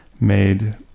made